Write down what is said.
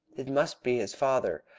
it must be his father.